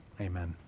amen